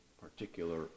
particular